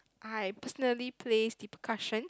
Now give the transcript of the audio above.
I personally plays the percussion